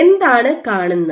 എന്താണ് കാണുന്നത്